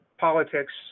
politics